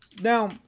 now